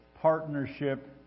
partnership